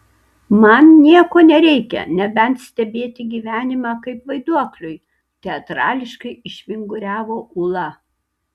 man nieko nereikia nebent stebėti gyvenimą kaip vaiduokliui teatrališkai išvinguriavo ūla